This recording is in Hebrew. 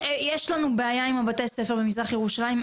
יש לנו בעיה עם בתי הספר במזרח ירושלים,